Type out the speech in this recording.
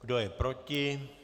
Kdo je proti?